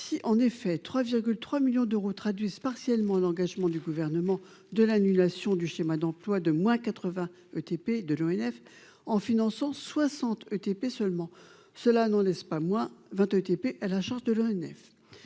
si en effet 3 3 millions d'euros traduisent partiellement l'engagement du gouvernement de l'annulation du schéma d'emplois de moins quatre-vingts ETP de l'ONF en finançant 60 ETP seulement cela nous laisse pas moins 20 ETP à la chance de l'ONF